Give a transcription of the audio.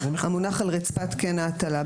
המונח על רצפת קן ההטלה.